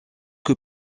que